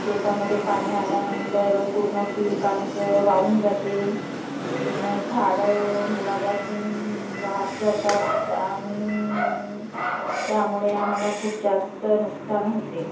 शेतामध्ये पाणी आल्यानंतर पूर्ण पीक आमचं वाहून जाते पूर्ण झाडं मुळापासून वाहत जातात आणि त्यामुळे आम्हाला खूप जास्त नुकसान होते